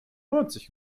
neunzig